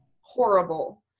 horrible